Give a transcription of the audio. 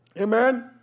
Amen